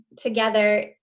together